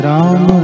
Ram